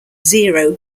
zero